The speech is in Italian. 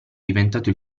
diventato